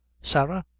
sarah?